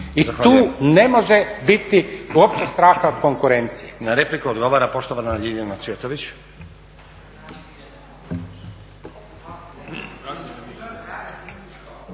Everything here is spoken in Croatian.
i tu ne može biti uopće strana od konkurencije.